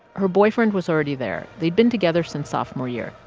her boyfriend was already there. they'd been together since sophomore year,